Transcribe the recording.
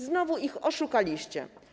Znowu ich oszukaliście.